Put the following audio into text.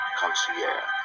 concierge